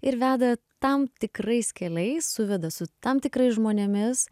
ir veda tam tikrais keliais suveda su tam tikrais žmonėmis